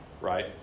right